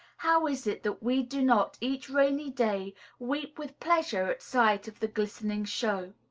how is it that we do not each rainy day weep with pleasure at sight of the glistening show?